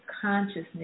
consciousness